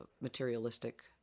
materialistic